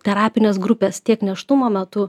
terapinės grupės tiek nėštumo metu